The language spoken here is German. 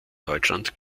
deutschland